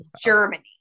germany